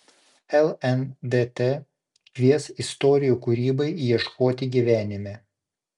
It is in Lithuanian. lndt kvies istorijų kūrybai ieškoti gyvenime